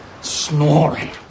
snoring